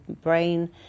brain